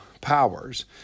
powers